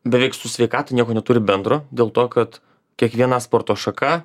beveik su sveikata nieko neturi bendro dėl to kad kiekviena sporto šaka